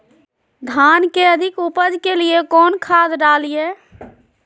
धान के अधिक उपज के लिए कौन खाद डालिय?